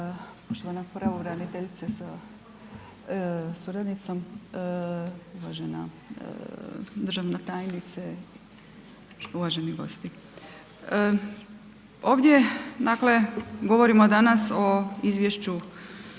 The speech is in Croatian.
poštovana pravobraniteljice sa suradnicom, uvažena državna tajnice, uvaženi gosti, ovdje dakle govorimo danas o izvješću